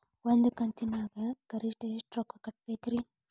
ಒಂದ್ ಕಂತಿನ್ಯಾಗ ಗರಿಷ್ಠ ಎಷ್ಟ ರೊಕ್ಕ ಕಟ್ಟಬೇಕ್ರಿ?